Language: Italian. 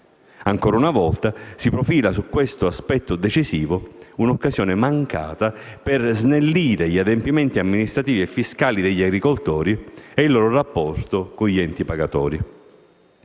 Ancora una volta si profila, su questo aspetto decisivo, un'occasione mancata per snellire gli adempimenti amministrativi e fiscali degli agricoltori e il loro rapporto con gli enti pagatori.